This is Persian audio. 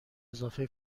اضافه